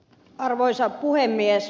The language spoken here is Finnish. arvoisa puhemies